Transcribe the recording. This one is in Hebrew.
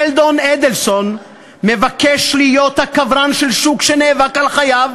שלדון אדלסון מבקש להיות הקברן של שוק שנאבק על חייו,